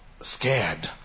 scared